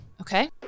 Okay